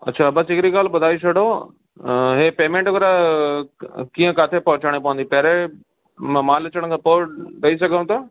अच्छा बस हिकिड़ी ॻाल्हि ॿुधाए छॾो हे पेमेंट वग़ैरह कीअं किथे पहुचाइणी पवंदी पहिरें म माल अचण खां पोइ ॾई सघऊं था